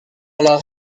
leur